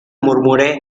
murmuré